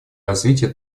развития